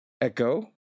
Echo